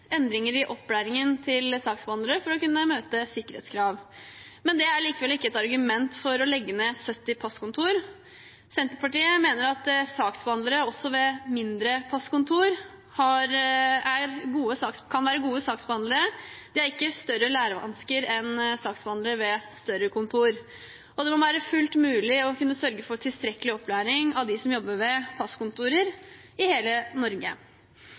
endringer i opplæringen for saksbehandlerne for å kunne møte sikkerhetskrav, men det er likevel ikke et argument for å legge ned 70 passkontor. Senterpartiet mener at saksbehandlere også ved mindre passkontor kan være gode saksbehandlere. De har ikke større lærevansker enn saksbehandlere ved større kontor, og det må være fullt mulig å sørge for tilstrekkelig opplæring av dem som jobber ved passkontor, i hele Norge.